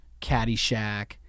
Caddyshack